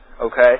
okay